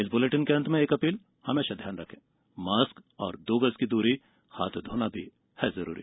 इस बुलेटिन के अंत में एक अपील हमेशा ध्यान रखें मास्क और दो गज की दूरी हाथ धोना भी है जरूरी